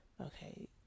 okay